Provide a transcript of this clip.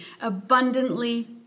abundantly